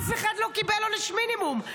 אף אחד לא קיבל עונש מינימום,